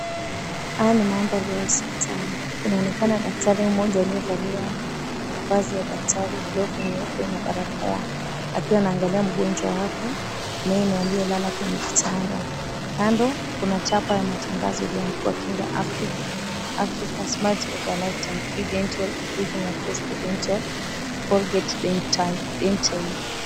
Haya ni mandhari ya hospitali. Kunaonekana daktari mmoja aliyevalia mavazi ya daktari glovu nyeupe na barakoa, akiwa anaangalia mgonjwa wake meno aliyelala kwenye kitanda. Kando kuna chapa ya matangazo iliyoandikwa Kinga africa smile of a lifetime free dental increasing access to dental Colgate Dentaid .